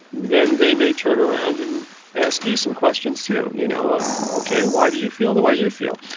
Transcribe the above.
then they may turn around and ask you some questions too. you know um okay, why do you feel the way you feel?